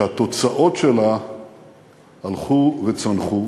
שהתוצאות שלה הלכו וצנחו,